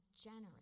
generous